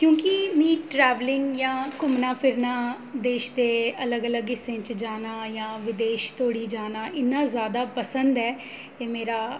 क्योंकि मीं ट्रैवलिंग या घूमना फिरना देश दे अलग अलग हिस्सें च जाना या विदेश धोड़ी जाना इ'न्ना ज़्यादा पसंद ऐ एह् मेर